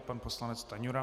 Pan poslanec Stanjura.